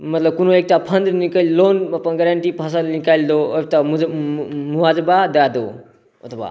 मतलब कोनो एकटा फण्ड निकलि लोन अपन गारण्टी फसिल निकालिदउ आओर मुआवजा दऽ दउ ओतबा